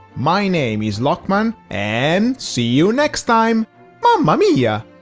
my name is lachman and see you next time mama mia